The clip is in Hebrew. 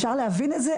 אפשר להבין את זה?